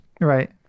Right